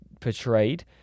portrayed